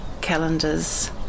calendar's